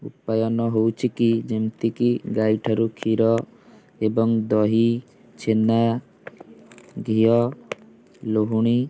ଉପାଦାନ ହଉଛି କି ଯେମତି କି ଗାଈ ଠାରୁ କ୍ଷୀର ଏବଂ ଦହି ଛେନା ଘିଅ ଲହୁଣୀ